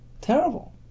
terrible